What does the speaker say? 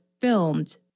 filmed